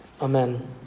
amen